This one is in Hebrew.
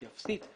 היא אפסית,